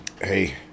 hey